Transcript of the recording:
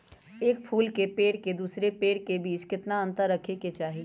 एक फुल के पेड़ के दूसरे पेड़ के बीज केतना अंतर रखके चाहि?